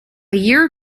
year